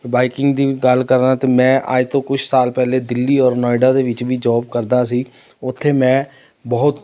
biking ਦੀ ਗੱਲ ਕਰਾਂ ਤਾਂ ਮੈਂ ਅੱਜ ਤੋਂ ਕੁਛ ਸਾਲ ਪਹਿਲਾਂ ਦਿੱਲੀ ਔਰ ਨੋਇਡਾ ਦੇ ਵਿੱਚ ਵੀ ਜੋਬ ਕਰਦਾ ਸੀ ਉੱਥੇ ਮੈਂ ਬਹੁਤ